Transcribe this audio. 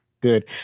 good